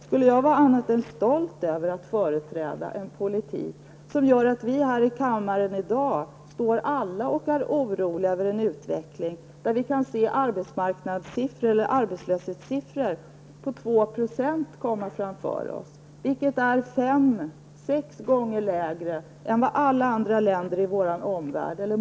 Skulle jag vara annat än stolt över att få företräda en politik som gör att vi alla här i kammaren i dag kan tillåta oss att känna oro för en utveckling som visar på en arbetslöshet om 2 %? Det är ju fem sex gånger mindre än vad många andra länder i vår omvärld har.